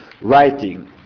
writing